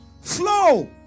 Flow